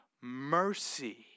mercy